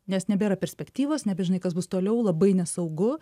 nes nebėra perspektyvos nebežinai kas bus toliau labai nesaugu